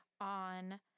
On